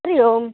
हरिः ओम्